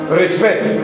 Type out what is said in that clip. respect